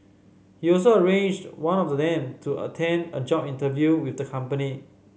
he also arranged one of them to attend a job interview with the company